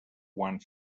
one